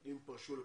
פרשו לפנסיה,